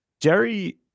Jerry